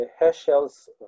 Heschel's